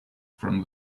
from